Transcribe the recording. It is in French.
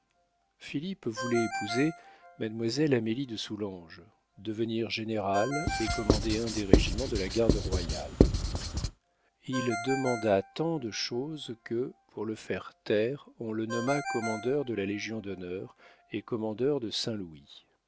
voulait épouser mademoiselle amélie de soulanges devenir général et commander un des régiments de la garde royale il demanda tant de choses que pour le faire taire on le nomma commandeur de la légion-d'honneur et commandeur de